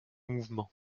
mouvement